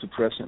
suppressant